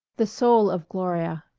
the soul of gloria